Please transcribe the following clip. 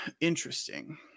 Interesting